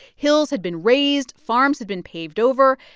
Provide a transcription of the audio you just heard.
hills had been raised. farms had been paved over.